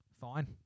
Fine